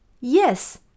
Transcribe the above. Yes